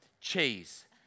cheese